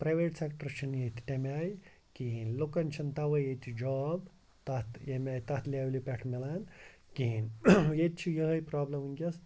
private sector چھِنہٕ ییٚتہِ تمہِ آیہِ کِہیٖنۍ لُکَن چھِنہٕ تَوَے ییٚتہِ جاب تَتھ ییٚمہِ آیہِ تَتھ لٮ۪ولہِ پٮ۪ٹھ مِلان کِہیٖنۍ ییٚتہِ چھِ یِہٲے پرٛابلِم وٕنکٮ۪س